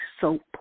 soap